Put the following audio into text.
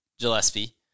Gillespie